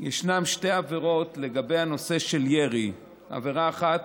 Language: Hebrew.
ישנן שתי עבירות לגבי הנושא של ירי: עבירה אחת,